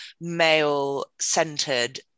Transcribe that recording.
male-centered